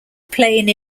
plane